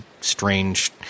strange